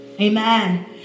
Amen